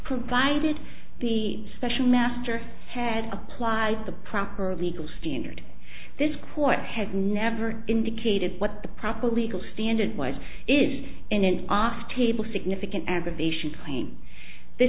provided the special master had applied the proper legal standard this court had never indicated what the proper legal standard was is in an arc table significant